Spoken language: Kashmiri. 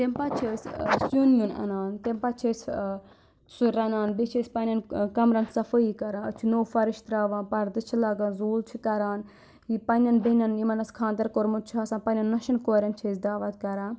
تَمہِ پَتہٕ چھِ أسۍ سِیُن وِیُٚن اَنان تمہِ پَتہٕ چھِ أسۍ سُہ رَنان بیٚیہِ چھِ أسۍ پنٛنؠن کَمرَن صفٲیی کَران اَتھ چھِ نٕو فَرٕش ترٛاوان پَردٕ چھِ لَگان زوٗل چھِ کَران یہِ پنٛنؠن بیٚنؠن یِمَن اَسہِ خانٛدَر کوٚرمُت چھُ آسان پنٛنؠن نۄشَن کورؠن چھِ أسۍ دعوت کَران